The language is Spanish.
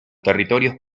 territorios